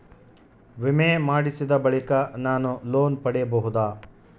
ವಿಮೆ ಮಾಡಿಸಿದ ಬಳಿಕ ನಾನು ಲೋನ್ ಪಡೆಯಬಹುದಾ?